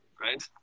Right